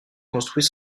construit